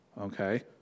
Okay